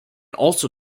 also